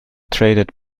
traded